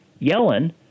Yellen